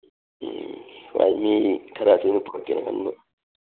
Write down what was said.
ꯎꯝ ꯍꯣꯏ ꯃꯤ ꯈꯔꯗꯤ ꯑꯗꯨꯝ ꯄꯨꯔꯛꯀꯦꯅ ꯈꯟꯕ